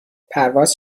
پرواز